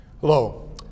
Hello